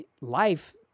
life